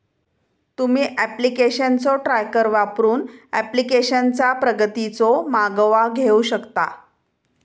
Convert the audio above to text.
तुम्ही ऍप्लिकेशनचो ट्रॅकर वापरून ऍप्लिकेशनचा प्रगतीचो मागोवा घेऊ शकता